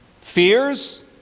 fears